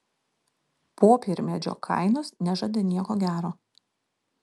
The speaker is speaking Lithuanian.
popiermedžio kainos nežada nieko gero